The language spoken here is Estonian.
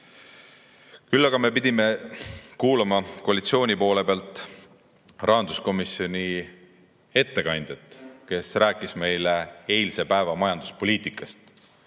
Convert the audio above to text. aga pidime kuulama koalitsiooni poole pealt rahanduskomisjoni ettekandjat, kes rääkis meile eilse päeva majanduspoliitikast,